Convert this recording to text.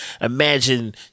Imagine